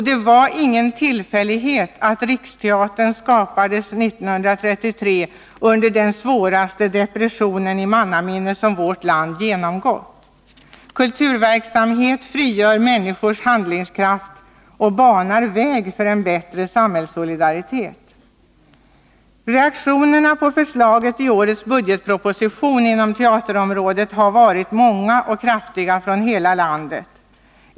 Det var ingen tillfällighet att Riksteatern skapades 1933 under den svåraste depressionen i mannaminne som vårt land genomgått. Kulturverksamhet frigör människors handlingskraft och banar väg för en bättre samhällssolidaritet. Reaktionerna på förslaget i årets budgetproposition inom teaterområdet har varit många och kraftiga från hela landet.